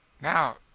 Now